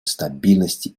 стабильности